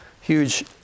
huge